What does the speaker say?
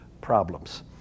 problems